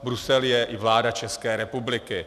Brusel je i vláda České republiky.